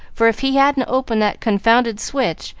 for if he hadn't opened that confounded switch,